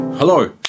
Hello